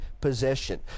possession